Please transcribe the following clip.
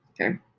Okay